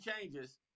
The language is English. changes